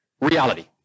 reality